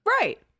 Right